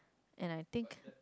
and I think